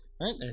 right